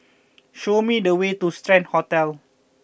show me the way to Strand Hotel